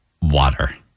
Water